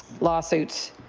lawsuits.